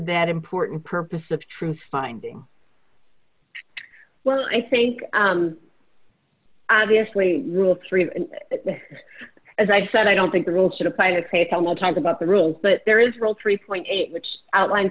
that important purpose of truth finding well i think obviously rule three as i said i don't think the rules should apply to create a long time about the rule but there is real three point eight which outline